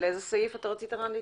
לאיזה סעיף רצית להתייחס,